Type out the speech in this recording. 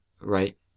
right